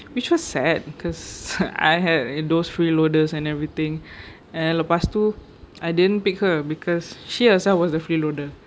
which was sad because I had those free loaders and everything and lepas tu I didn't pick her because she herself was the free loader